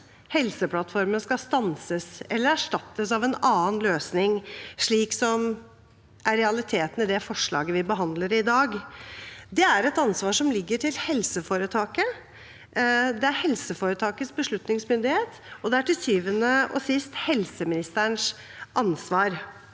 Helseplattformen skal stanses eller erstattes av en annen løsning, slik som er realiteten i det forslaget vi behandler i dag. Det er et ansvar som ligger til helseforetaket. Det er helseforetakets beslutningsmyndighet, og det er til syvende og sist helseministerens ansvar.